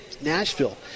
Nashville